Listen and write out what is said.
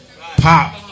pop